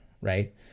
Right